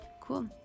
cool